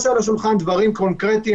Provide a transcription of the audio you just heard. תגיד: יש על השולחן דברים קונקרטיים,